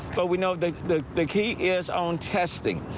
but we know that the the key is own testing.